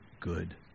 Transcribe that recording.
good